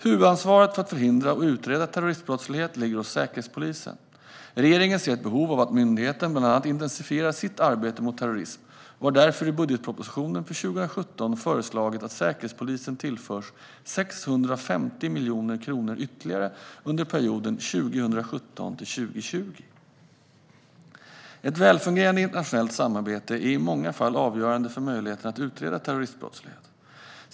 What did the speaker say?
Huvudansvaret för att förhindra och utreda terroristbrottslighet ligger hos Säkerhetspolisen. Regeringen ser ett behov av att myndigheten bland annat intensifierar sitt arbete mot terrorism och har därför i budgetpropositionen för 2017 föreslagit att Säkerhetspolisen tillförs 650 miljoner kronor ytterligare under perioden 2017-2020. Ett välfungerande internationellt samarbete är i många fall avgörande för möjligheterna att utreda terroristbrottslighet.